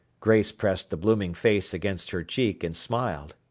grace pressed the blooming face against her cheek, and smiled.